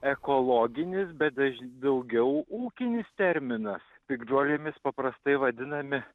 ekologinis bet daž daugiau ūkinis terminas piktžolėmis paprastai vadinami